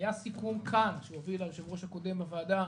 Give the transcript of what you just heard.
היה סיכום כאן שהוביל היושב-ראש הקודם בוועדה,